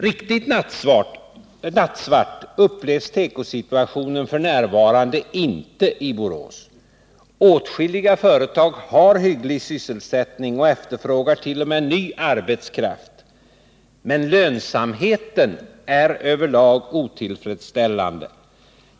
Riktigt nattsvart upplevs tekosituationen f.n. inte i Borås. Åtskilliga företag har hygglig sysselsättning och efterfrågar t.o.m. ny arbetskraft, men lönsamheten är över lag otillfredsställande.